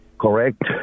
correct